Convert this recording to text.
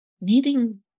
needing